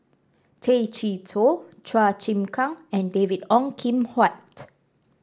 Tay Chee Toh Chua Chim Kang and David Ong Kim Huat